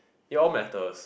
it all matters